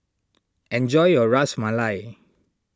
enjoy your Ras Malai